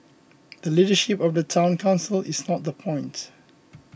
the leadership of the Town Council is not the point